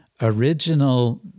original